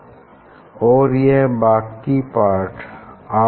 हम इसे screw gauge scale जैसे ही मानेंगे और इसकी लीस्ट काउंट नोट करेंगे